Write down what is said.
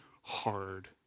hard